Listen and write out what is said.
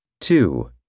Two